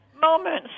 Moments